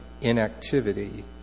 inactivity